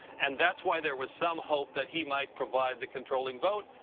and that's why there was some hope that he might provide the controlling vote,